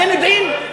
אתם יודעים,